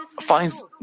finds